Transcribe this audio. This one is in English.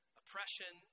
oppression